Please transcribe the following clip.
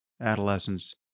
adolescence